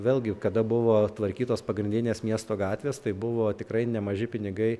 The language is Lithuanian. vėlgi kada buvo tvarkytos pagrindinės miesto gatvės tai buvo tikrai nemaži pinigai